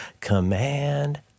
command